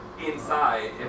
inside